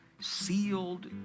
sealed